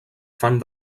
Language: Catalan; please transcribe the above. fan